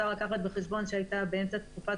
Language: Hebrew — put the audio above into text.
צריך להביא בחשבון שהייתה באמצע תקופת